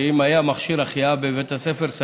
שאם היה מכשיר החייאה בבית הספר,